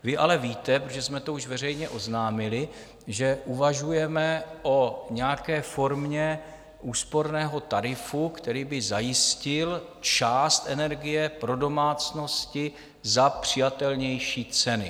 Vy ale víte, protože už jsme to veřejně oznámili, že uvažujeme o nějaké formě úsporného tarifu, který by zajistil část energie pro domácnosti za přijatelnější ceny.